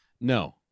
No